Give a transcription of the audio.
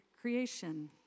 creation